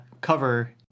cover